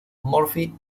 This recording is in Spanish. murphy